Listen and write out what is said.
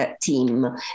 team